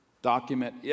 document